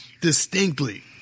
distinctly